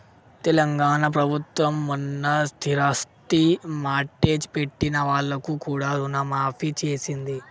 తెలంగాణ ప్రభుత్వం మొన్న స్థిరాస్తి మార్ట్గేజ్ పెట్టిన వాళ్లకు కూడా రుణమాఫీ చేసింది